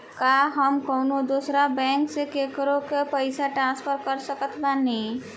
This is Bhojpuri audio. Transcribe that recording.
का हम कउनों दूसर बैंक से केकरों के पइसा ट्रांसफर कर सकत बानी?